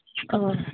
অঁ